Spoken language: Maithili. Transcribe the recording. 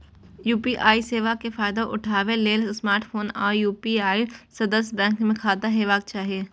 यू.पी.आई सेवा के फायदा उठबै लेल स्मार्टफोन आ यू.पी.आई सदस्य बैंक मे खाता होबाक चाही